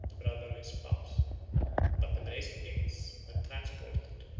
the brother of his spouse but the brazen gates were transported,